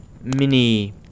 mini